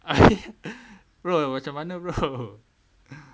bro macam mana bro